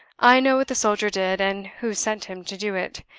i know what the soldier did, and who sent him to do it.